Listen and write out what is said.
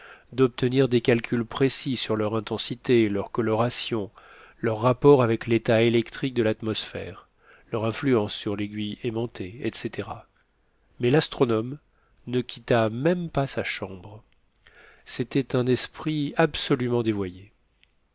d'obtenir des calculs précis sur leur intensité leur coloration leur rapport avec l'état électrique de l'atmosphère leur influence sur l'aiguille aimantée etc mais l'astronome ne quitta même pas sa chambre c'était un esprit absolument dévoyé